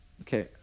Okay